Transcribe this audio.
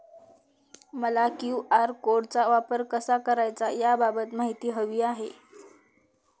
मला क्यू.आर कोडचा वापर कसा करायचा याबाबत माहिती हवी आहे